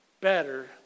better